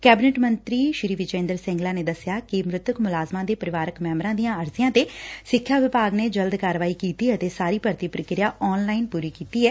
cabinet ਮੰਤਰੀ ਨੇ ਦਸਿਆ ਕਿ ਮ੍ਰਿਤਕ ਮੁਲਾਜ਼ਮਾਂ ਦੇ ਪਰਿਵਾਰਕ ਮੈਬਰਾਂ ਦੀਆਂ ਅਰਜ਼ੀਆਂ ਤੇ ਸਿੱਖਿਆ ਵਿਭਾਗ ਨੇ ਜਲਦ ਕਾਰਵਾਈ ਕੀਤੀ ਅਤੇ ਸਾਰੀ ਭਰਤੀ ਪ੍ਕਿਰਿਆ ਆਨਲਾਈਨ ਪੂਰੀ ਕੀਤੀ ਐ